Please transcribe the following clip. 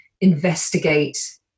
investigate